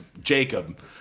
Jacob